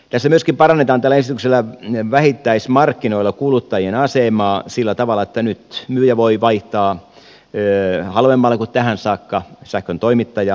tässä myöskin parannetaan tällä esityksellä vähittäismarkkinoilla kuluttajien asemaa sillä tavalla että nyt myyjä voi vaihtaa halvemmalla kuin tähän saakka sähköntoimittajaa